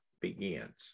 begins